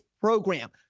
program